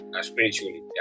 spiritually